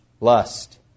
lust